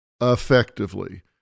effectively